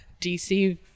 DC